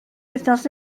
wythnos